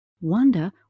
wonder